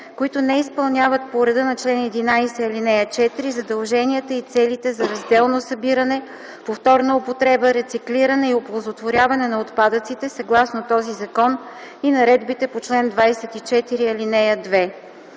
които не изпълняват по реда на чл. 11, ал. 4 задълженията и целите за разделно събиране, повторна употреба, рециклиране и оползотворяване на отпадъците съгласно този закон и наредбите по чл. 24, ал. 2;